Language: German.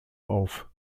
auf